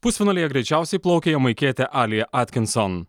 pusfinalyje greičiausiai plaukė jamaikietei alia atkinson